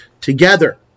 together